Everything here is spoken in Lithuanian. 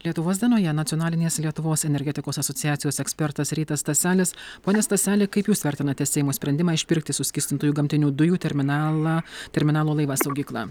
lietuvos dienoje nacionalinės lietuvos energetikos asociacijos ekspertas rytas staselis pone staseli kaip jūs vertinate seimo sprendimą išpirkti suskystintųjų gamtinių dujų terminalą terminalo laivą saugyklą